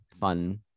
fun